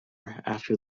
after